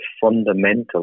fundamental